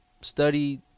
study